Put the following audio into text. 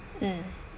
mm